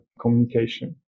communication